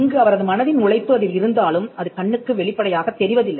இங்கு அவரது மனதின் உழைப்பு அதில் இருந்தாலும் அது கண்ணுக்கு வெளிப்படையாக தெரிவதில்லை